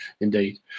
Indeed